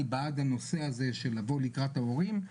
אני בעד הנשוא הזה של לבוא לקראת ההורים.